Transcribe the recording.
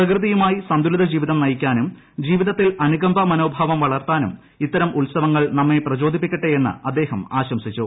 പ്രകൃതിയുമായി സന്തുലിത ജീവിതം നയിക്കാനും ജീവിതത്തിൽ അനുകമ്പ മനോഭാവം വളർത്താനും ഇത്തരം ഉത്സവങ്ങൾ നമ്മെ പ്രചോദിപ്പിക്കട്ടെ എന്ന് അദ്ദേഹം ആശംസിച്ചു